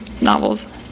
novels